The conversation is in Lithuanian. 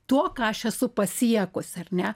tuo ką aš esu pasiekus ar ne